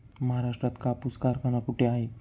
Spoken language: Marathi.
महाराष्ट्रात कापूस कारखाना कुठे आहे?